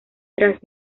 tras